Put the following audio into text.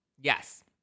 Yes